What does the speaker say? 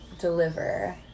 deliver